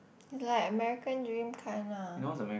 like American dream kind lah